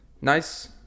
nice